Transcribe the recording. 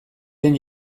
den